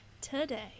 today